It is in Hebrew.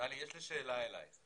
טלי, יש לי שאלה אלייך.